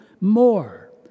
more